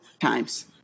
times